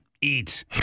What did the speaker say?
Eat